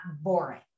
boring